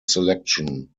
selection